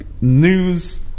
news